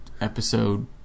episode